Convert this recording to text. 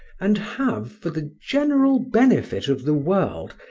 and have, for the general benefit of the world,